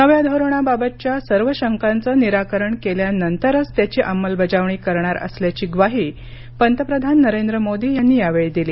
नव्या धोरणाबाबतच्या सर्व शंकांचं निराकरण केल्यानंतरच त्याची अंमलबजावणी करणार असल्याची ग्वाही पंतप्रधान नरेंद्र मोदी यांनी यावेळी दिली